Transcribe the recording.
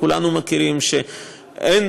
כולנו מכירים שאין